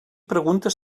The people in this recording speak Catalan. preguntes